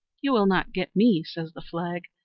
you will not get me, says the flag,